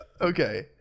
Okay